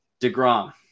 DeGrom